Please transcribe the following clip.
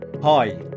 Hi